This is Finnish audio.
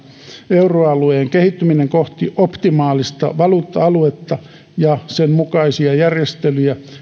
euroalueen kehittyminen kohti optimaalista valuutta aluetta ja sen mukaisia järjestelyjä ei